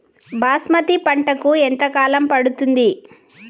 బాస్మతి పంటకు ఎంత కాలం పడుతుంది?